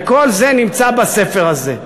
וכל זה נמצא בספר הזה.